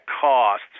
cost